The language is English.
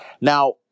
Now